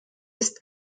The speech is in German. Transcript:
ist